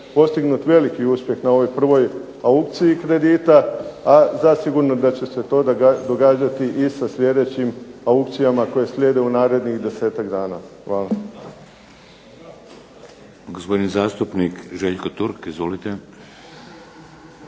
postignut veliki uspjeh na ovoj prvoj aukciji kredita, a zasigurno da će se to događati i sa sljedećim aukcijama koje slijede u narednih 10-ak dana. Hvala.